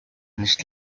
nicht